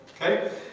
Okay